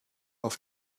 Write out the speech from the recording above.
auf